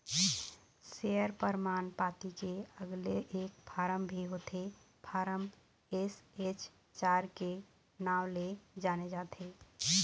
share परमान पाती के अलगे एक फारम भी होथे फारम एस.एच चार के नांव ले जाने जाथे